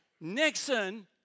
Nixon